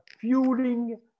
fueling